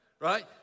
Right